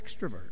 extrovert